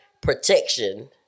Protection